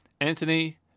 Anthony